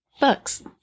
books